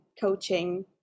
coaching